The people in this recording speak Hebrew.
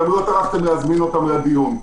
ולא טרחתם להזמין אותם לדיון.